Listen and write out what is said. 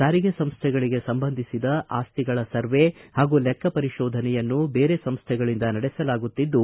ಸಾರಿಗೆ ಸಂಸ್ಥೆಗಳಿಗೆ ಸಂಬಂಧಿಸಿದ ಅಸ್ತಿಗಳ ಸರ್ವೇ ಹಾಗೂ ಲೆಕ್ಕ ಪರಿಶೋಧನೆಯನ್ನು ಬೇರೆ ಸಂಸ್ಟೆಗಳಿಂದ ನಡೆಸಲಾಗುತ್ತಿದ್ದು